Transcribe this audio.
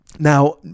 Now